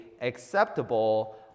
acceptable